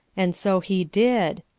and so he did.